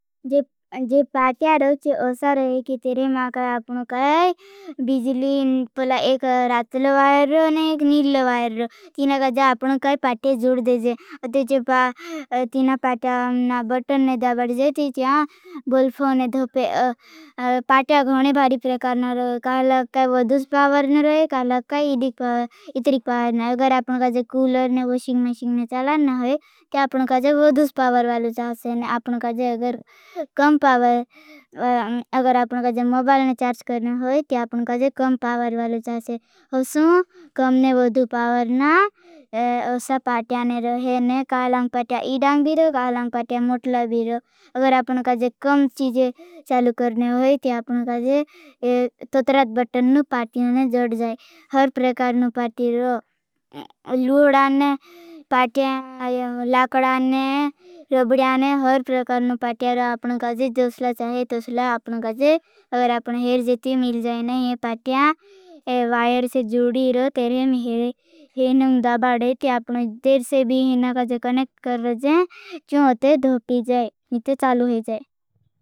जो पात्या रोचे ओसा रहे। तेरे मां काई आपनो काई बिजली, पहला एक रातल वायर और एक नील वायर रो। तीना काई आपनो काई पात्या जूड़ देजे। तीना पात्या बटन ने दबड़ जेती थी। बोल फोन ने धपे। पात्या गहने भारी प्रेकार ने रोई। काई लग काई वधूस पावर ने रोई। काई लग काई इतरी पावर ने रोई। काई लग पात्या इडांग भी रो। काई लग पात्या मोटला भी रो। अगर आपनो काई कम चीजे चालू करने होई। ती आपनो काई तोतराद बटन ने पात्या जोड़ जाए। काई लग पावर ने रोई।